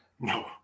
no